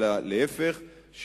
אלא להיפך,